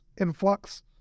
influx